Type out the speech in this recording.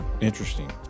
interesting